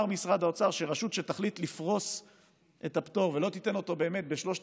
משרד האוצר אמר שרשות שתחליט לפרוס את הפטור ולא תיתן אותו בשלושת